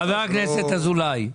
ינון, חבר הכנסת אזולאי,